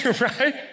Right